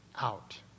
out